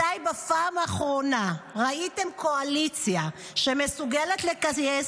מתי בפעם האחרונה ראיתם קואליציה שמסוגלת לגייס